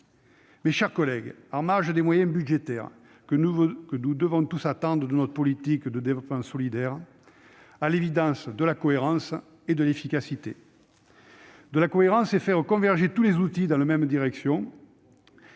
Mes chers collègues, en marge des moyens budgétaires, que devons-nous attendre de notre politique de développement solidaire ? À l'évidence, de la cohérence et de l'efficacité. La cohérence, c'est faire converger tous les outils dans la même direction,